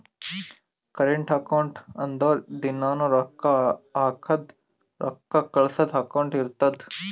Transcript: current account ಅಂದುರ್ ದಿನಾನೂ ರೊಕ್ಕಾ ಹಾಕದು ರೊಕ್ಕಾ ಕಳ್ಸದು ಅಕೌಂಟ್ ಇರ್ತುದ್